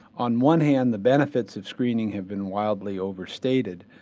on one hand the benefits of screening have been widely overstated,